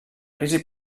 crisi